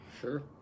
Sure